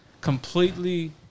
completely